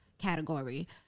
category